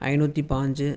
ஐநூற்றி பாஞ்சு